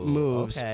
moves